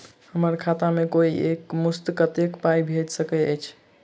हम्मर खाता मे कोइ एक मुस्त कत्तेक पाई भेजि सकय छई?